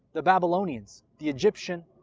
the babylonians, the egyptians,